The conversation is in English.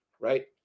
Right